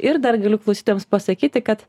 ir dar galiu klausytojams pasakyti kad